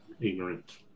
ignorant